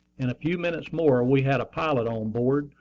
in a few minutes more we had a pilot on board,